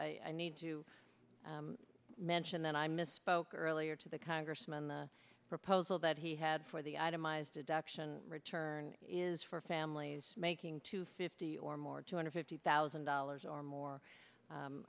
i need to mention that i misspoke earlier to the congressman the proposal that he had for the itemized deduction return is for families making to fifty or more two hundred fifty thousand dollars or more